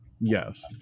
Yes